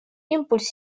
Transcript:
импульс